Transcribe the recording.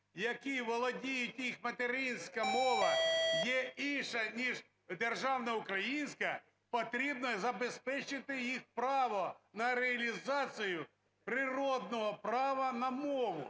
які володіють… і їх материнська мова є інша, ніж державна українська, потрібно забезпечити їх право на реалізацію природного права на мову.